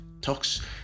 talks